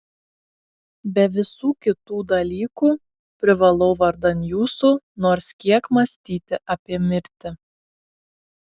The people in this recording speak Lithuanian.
be visų kitų dalykų privalau vardan jūsų nors kiek mąstyti apie mirtį